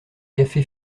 café